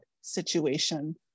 situation